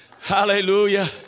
Hallelujah